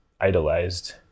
idolized